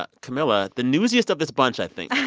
but camila, the newsiest of this bunch, i think